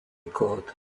kód